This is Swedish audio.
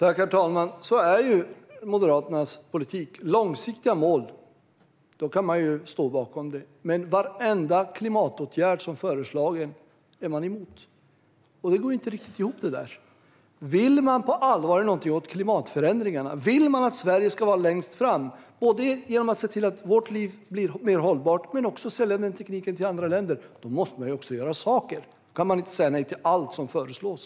Herr talman! Sådan är Moderaternas politik. Man står bakom långsiktiga mål men är emot varenda föreslagen klimatåtgärd. Det går inte ihop. Vill man på allvar göra något åt klimatförändringarna och att Sverige ska stå längst fram, både genom att göra vårt liv här mer hållbart och genom att sälja den tekniken till andra länder, måste man göra något. Då kan man inte säga nej till allt som föreslås.